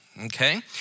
okay